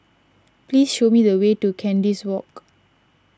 please show me the way to Kandis Walk